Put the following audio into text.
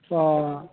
आच्चा